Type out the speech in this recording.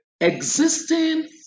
Existing